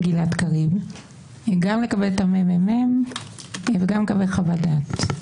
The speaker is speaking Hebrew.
גלעד קריב גם לקבל את הממ"מ וגם לקבל חוות דעת.